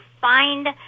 find